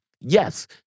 Yes